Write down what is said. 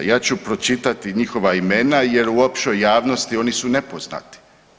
Ja ću pročitati njihova imena jer u općoj javnosti oni su nepoznati.